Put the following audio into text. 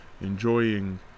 enjoying